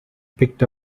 picked